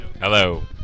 Hello